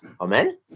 Amen